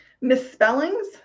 Misspellings